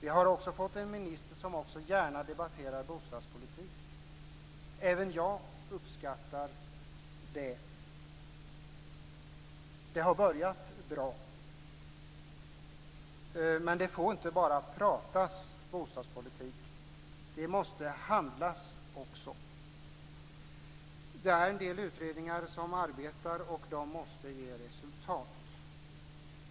Vi har också fått en bostadsminister som gärna debatterar bostadspolitik, vilket även jag uppskattar. Det har börjat bra, men det får inte bara pratas bostadspolitik. Det måste också handlas. Det pågår en del utredningar som arbetar och de måste ge resultat.